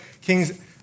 Kings